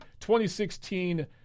2016